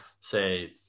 say